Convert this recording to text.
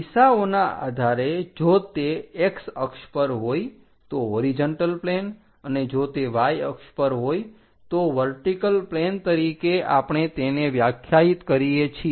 દિશાઓના આધારે જો તે x અક્ષ પર હોય તો હોરીજન્ટલ પ્લેન અને જો તે y અક્ષ પર હોય તો વર્ટીકલ પ્લેન તરીકે આપણે તેને વ્યાખ્યાયિત કરીએ છીએ